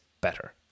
better